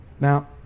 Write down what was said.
now